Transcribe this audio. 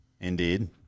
Indeed